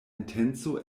intenco